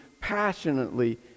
passionately